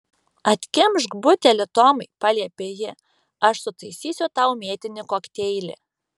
atkimšk butelį tomai paliepė ji aš sutaisysiu tau mėtinį kokteilį